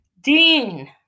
Dean